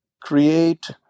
create